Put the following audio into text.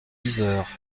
yzeure